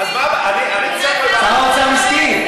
שר האוצר הסכים.